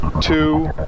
two